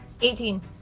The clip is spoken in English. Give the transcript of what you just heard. Eighteen